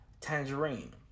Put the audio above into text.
Tangerine